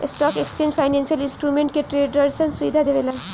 stock exchange financial instrument के ट्रेडरसन सुविधा देवेला